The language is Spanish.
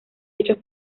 hechos